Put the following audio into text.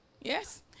Yes